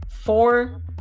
four